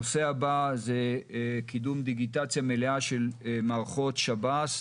הנושא הבא זה קידום דיגיטציה מלאה של מערכות שב"ס.